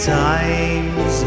times